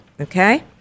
okay